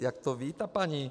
Jak to ví, ta paní?